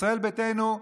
ישראל ביתנו,